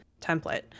template